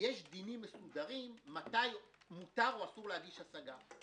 יש דינים מאוד מסודרים מתי מותר או אסור להגיש השגה.